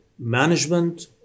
Management